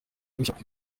gushyira